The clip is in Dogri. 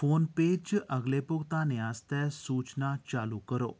फोन पेऽ च अगले भुगतानें आस्तै सूचना चालू करो